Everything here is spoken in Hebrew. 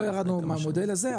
לא ירדנו מהמודל הזה,